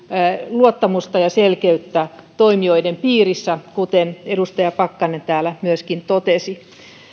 luottamusta ja selkeyttä toimijoiden piirissä kuten edustaja pakkanen täällä myöskin totesi